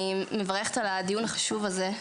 אני מברכת על הדיון החשוב הזה.